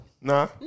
Nah